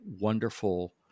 wonderful